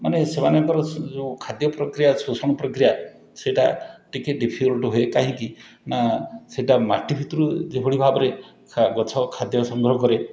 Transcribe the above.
ମାନେ ସେମାନଙ୍କର ସିଏ ଯେଉଁ ଖାଦ୍ୟ ପ୍ରକ୍ରିୟା ଅଛି ଶୋଷଣ ପ୍ରକ୍ରିୟା ସେଇଟା ଟିକିଏ ଡିଫିକଲ୍ଟ ହୁଏ କାହିଁକିନା ସେଇଟା ମାଟି ଭିତରୁ ଯେଉଁଭଳି ଭାବରେ ଗଛ ଖାଦ୍ୟ ସଂଗ୍ରହ କରେ